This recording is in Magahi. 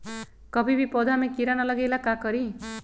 कभी भी पौधा में कीरा न लगे ये ला का करी?